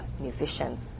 musicians